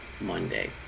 Monday